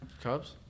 Cubs